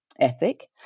ethic